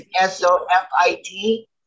S-O-F-I-T